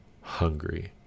hungry